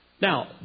Now